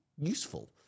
useful